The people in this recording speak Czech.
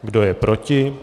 Kdo je proti?